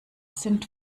sind